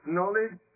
knowledge